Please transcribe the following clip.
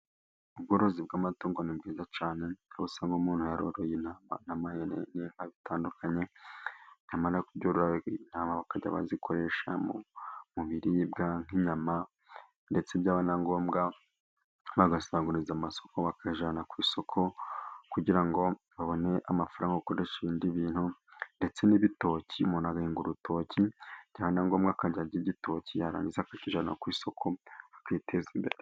Ubworozi bw'amatungo ni bwiza cyane aho usanga umuntu yaroroye intama, n'amahene, n'inka bitandukanye nyamara intama bakajya bazikoresha mu biribwa nk'inyama, ndetse byaba na ngombwa bagasagurira amasoko bakajyana ku isoko kugira ngo babone amafaranga bakoresha ibindi bintu, ndetse n'ibitoki umuntu agahinga urutoki byaba na ngombwa akajya arya igitoki, yarangiza akakijyana ku isoko akiteza imbere.